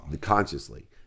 Consciously